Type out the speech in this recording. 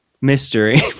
mystery